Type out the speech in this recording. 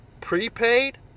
prepaid